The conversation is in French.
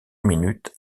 minutes